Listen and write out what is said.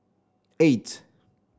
eight